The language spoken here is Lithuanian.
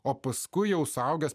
o paskui jau suaugęs